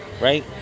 Right